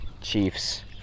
Chiefs